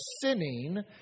sinning